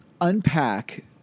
unpack